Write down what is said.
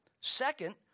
Second